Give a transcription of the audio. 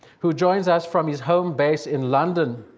who joins us from his home base in london.